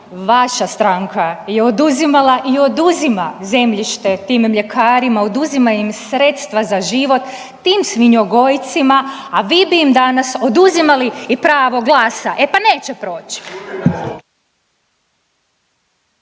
vaša stranka je oduzimala i oduzima zemljište tim mljekarima, oduzima im sredstva za život, tim svinjogojcima, a vi bi im danas oduzimali i pravo glasa. E, pa neće proći.